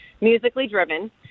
musically-driven